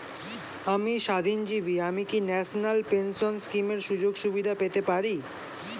আমি স্বাধীনজীবী আমি কি ন্যাশনাল পেনশন স্কিমের সুযোগ সুবিধা পেতে পারি?